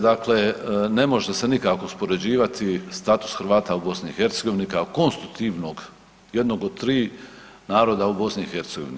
Dakle, ne može se nikako uspoređivati status Hrvata u BiH kao konstitutivnog, jednog od tri naroda u BiH.